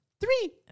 Three